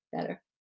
better